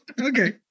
okay